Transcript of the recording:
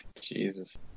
Jesus